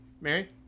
Mary